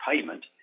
payment